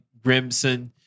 Grimson